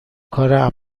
کار